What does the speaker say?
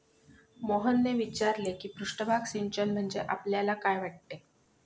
मोहनने विचारले की पृष्ठभाग सिंचन म्हणजे आपल्याला काय वाटते?